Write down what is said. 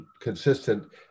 consistent